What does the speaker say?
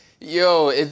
Yo